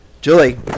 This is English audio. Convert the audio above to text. Julie